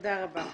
תודה רבה.